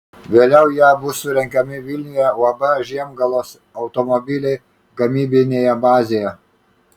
vėliau jie bus surenkami vilniuje uab žiemgalos automobiliai gamybinėje bazėje